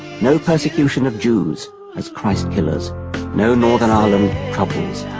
no persecution of jews as christ killers no, northern ireland problems.